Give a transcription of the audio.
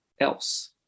else